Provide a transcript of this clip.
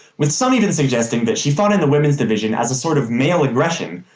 with some even suggesting that she fought in the women's division as a sort of male aggression,